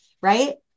right